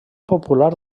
popular